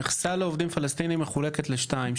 מכסה לעובדים פלסטינים מחולקת לשניים.